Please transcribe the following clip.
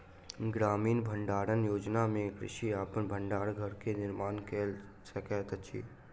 ग्रामीण भण्डारण योजना में कृषक अपन भण्डार घर के निर्माण कय सकैत अछि